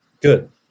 good